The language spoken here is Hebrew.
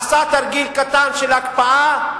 עשה תרגיל קטן של הקפאה,